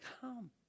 come